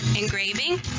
engraving